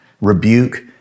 rebuke